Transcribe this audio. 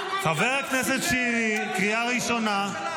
חבר הכנסת שירי, קריאה ראשונה.